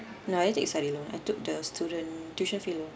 no I didn't take study loan I took the student tuition fee loan